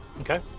Okay